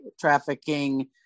trafficking